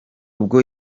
ubwo